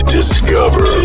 Discover